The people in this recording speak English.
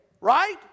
Right